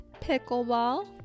Pickleball